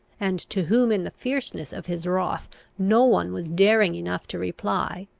and to whom in the fierceness of his wrath no one was daring enough to reply,